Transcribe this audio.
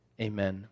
Amen